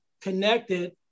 connected